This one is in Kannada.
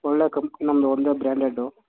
ಒಳ್ಳೆಯ ಕಂಪ್ನಿ ನಮ್ದು ಒಂದೇ ಬ್ರ್ಯಾಂಡೆಡ್ಡು